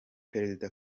perezida